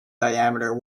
diameter